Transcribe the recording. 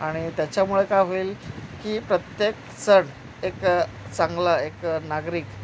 आणि त्याच्यामुळे काय होईल की प्रत्येकजण एक चांगला एक नागरीक